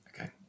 Okay